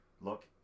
Look